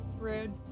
rude